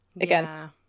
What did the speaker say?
Again